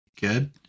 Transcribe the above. good